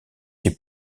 des